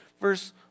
verse